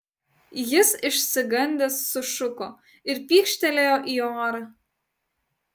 jis išsigandęs sušuko ir pykštelėjo į orą